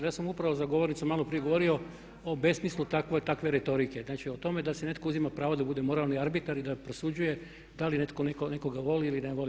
Ja sam upravo za govornicom maloprije govorio o besmislu takve retorike, znači o tome da si netko uzima pravo da bude moralni arbitar i da prosuđuje da li netko nekoga voli ili ne voli.